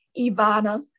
Ivana